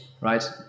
right